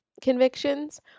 convictions